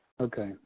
Okay